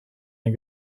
den